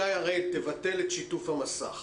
הגעתי לפגישה במטרה לבדוק אפשרויות לסייע.